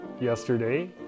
yesterday